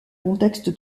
contexte